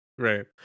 Right